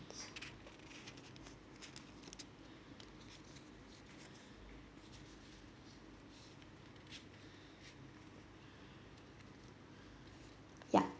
yup